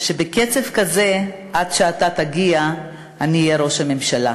בקצב כזה, עד שאתה תגיע, אני אהיה ראש הממשלה.